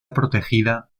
protegida